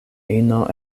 ino